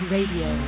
Radio